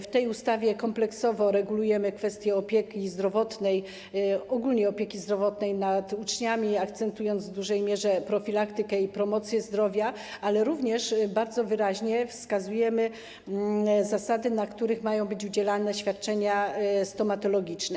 W tej ustawie kompleksowo regulujemy kwestię opieki zdrowotnej nad uczniami, akcentując w dużej mierze profilaktykę i promocję zdrowia, ale również bardzo wyraźnie wskazujemy zasady, na których mają być udzielane świadczenia stomatologiczne.